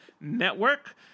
network